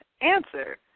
answer